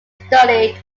studied